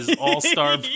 All-Star